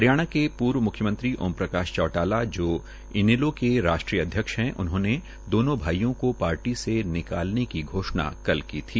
हरियाणा के पूर्व म्ख्यमंत्री ओम प्रकाश चौटाला जो इनैलो के राष्ट्रीय अध्यक्ष है उन्होंने दोनों भाईयों को पार्टी से निकालने की घोषणा की थी